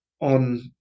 on